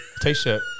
t-shirt